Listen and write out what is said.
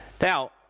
Now